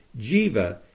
Jiva